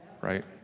right